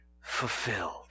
fulfilled